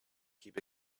keep